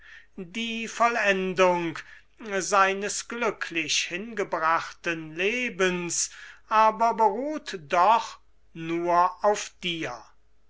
die vollendung seines glücklich hingebrachten lebens aber beruht doch nur auf dir